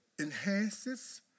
enhances